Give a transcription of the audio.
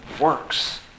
works